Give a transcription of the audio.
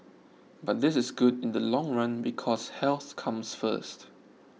but this is good in the long run because health comes first